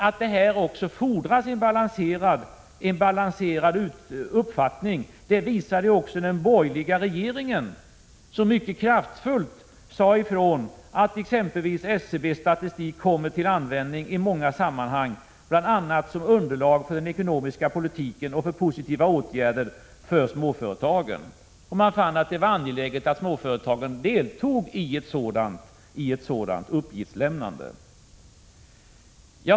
Att det i detta arbete fordras en balanserad uppfattning visade också den borgerliga regeringen, som mycket kraftfullt sade ifrån att exempelvis SCB-statistik måste komma till användningi många sammanhang, bl.a. som underlag för den ekonomiska politiken och för positiva åtgärder för småföretagen. Man fann att det var angeläget att småföretagen deltog i ett sådant uppgiftslämnande.